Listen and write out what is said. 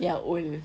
ya old